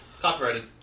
Copyrighted